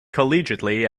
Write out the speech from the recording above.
collegiately